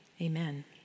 Amen